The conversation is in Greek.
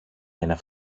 ένα